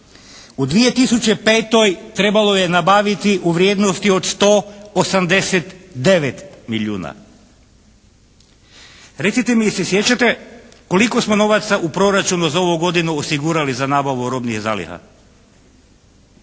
U 2005. trebalo je nabaviti u vrijednosti od 189 milijuna. Recite mi, jel' se sjećate koliko smo novaca u proračunu za ovu godinu osigurali za nabavu robnih zaliha?